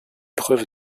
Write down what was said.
preuve